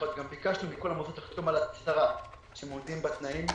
ביקשנו מכל המוסדות לחתום על הצהרה שהם עומדים בתנאים.